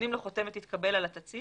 נותנים לו חותמת התקבל על התצהיר.